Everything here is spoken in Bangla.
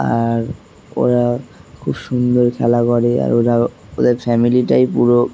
আর ওরা খুব সুন্দর খেলা করে আর ওরা ওদের ফ্যামিলিটাই পুরো